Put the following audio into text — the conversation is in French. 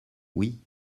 oui